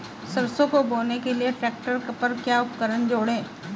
सरसों को बोने के लिये ट्रैक्टर पर क्या उपकरण जोड़ें?